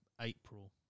April